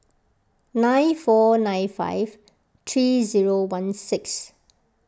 nine four nine five three zero one six